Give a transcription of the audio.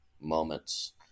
moments